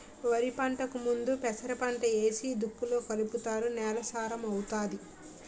వరిపంటకు ముందు పెసరపంట ఏసి దుక్కిలో కలుపుతారు నేల సారం అవుతాది